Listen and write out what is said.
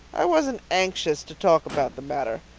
i wasn't anxious to talk about the matter.